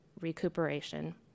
recuperation